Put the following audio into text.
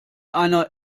einer